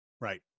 Right